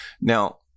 Now